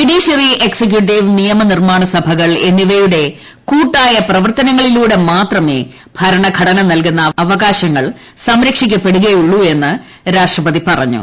judiciary executive നിയമ നിർമ്മാണ സഭകൾ എന്നിവയുടെ കൂട്ടായ പ്രവർത്തനങ്ങളിലൂടെ മാത്രമേ ഭരണഘടന നൽകുന്ന അവകാശങ്ങൾ സംരക്ഷിക്കപ്പെടുകയുള്ളൂവെന്ന് രാഷ്ട്രപതി പറഞ്ഞു